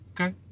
Okay